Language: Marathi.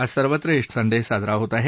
आज सर्वत्र ईस्टर संडे साजरा होत आहे